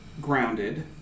grounded